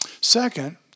Second